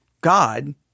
God